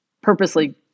purposely